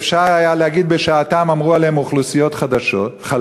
שאפשר היה להגיד שבשעתם אמרו עליהם "אוכלוסיות חלשות",